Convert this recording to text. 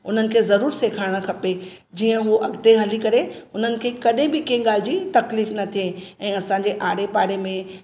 उन्हनि खे ज़रूरु सेखारणु खपे जीअं हु अॻिते हली करे उन्हनि खे कॾहिं बि कंहिं ॻाल्हि जी तकलीफ़ न थिए ऐं असांजे आड़े पाड़े में